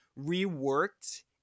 reworked